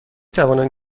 توانم